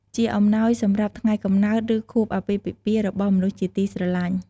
ជាអំណោយសម្រាប់ ថ្ងៃកំណើត ឬ ខួបអាពាហ៍ពិពាហ៍ របស់មនុស្សជាទីស្រឡាញ់។